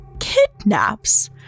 kidnaps